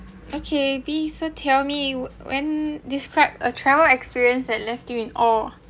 okay B so tell me when described a travel experience that left you in awe